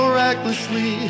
recklessly